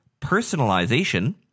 personalization